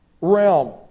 realm